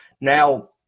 Now